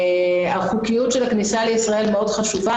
החוקיות של הכניסה לישראל חשובה מאוד.